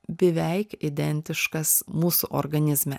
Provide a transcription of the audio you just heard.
beveik identiškas mūsų organizme